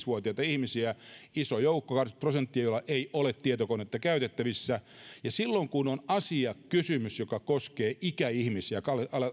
vuotiaita ihmisiä iso joukko kahdeksankymmentä prosenttia joilla ei ole tietokonetta käytettävissä joten silloin kun on asiakysymys joka koskee ikäihmisiä